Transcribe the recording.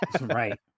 Right